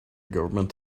government